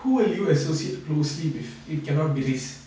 who will you associate closely with it cannot be race